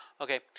Okay